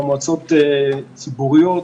מועצות ציבוריות,